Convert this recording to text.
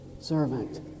servant